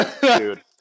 dude